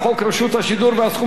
והסכום הנוסף יועלה.